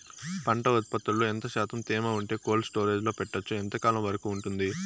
పంట ఉత్పత్తులలో ఎంత శాతం తేమ ఉంటే కోల్డ్ స్టోరేజ్ లో పెట్టొచ్చు? ఎంతకాలం వరకు ఉంటుంది